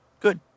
good